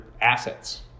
assets